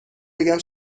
بگم